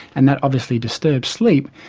and that obviously disturbs sleep.